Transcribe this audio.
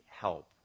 help